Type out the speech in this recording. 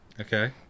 Okay